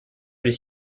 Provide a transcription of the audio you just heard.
les